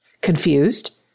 Confused